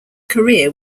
career